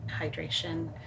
hydration